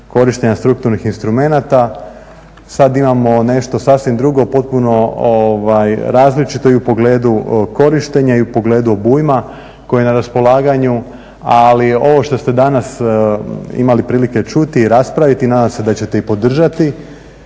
korištenja strukturnih instrumenta, sad imamo nešto sasvim drugo, potpuno različito i u pogledu korištenja i u pogledu obujma koji je na raspolaganju. Ali ovo što ste danas imali prilike čuti i raspraviti i nadam se da ćete i podržati